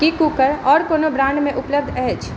की cooker आओर कोनो brand मे उपलब्ध अछि